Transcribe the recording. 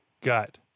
gut